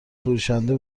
فروشنده